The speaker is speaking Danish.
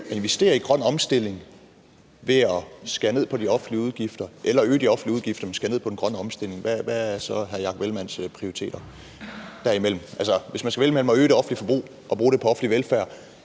de offentlige udgifter eller øge de offentlige udgifter, men skære ned på den grønne omstilling, hvad er så hr. Jakob Ellemann-Jensens prioriter derimellem? Altså hvis man skal vælge mellem at øge det offentlige forbrug og bruge det på offentlig velfærd